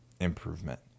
improvement